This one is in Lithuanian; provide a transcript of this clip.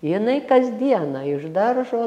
jinai kasdieną iš daržo